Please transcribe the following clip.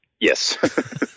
Yes